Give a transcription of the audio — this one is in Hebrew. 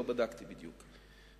לא בדקתי בדיוק,